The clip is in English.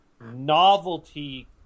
novelty